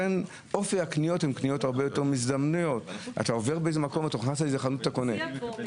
הציעה פה מירב הצעה מעניינת.